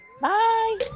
Bye